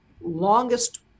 longest